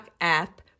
app